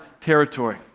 territory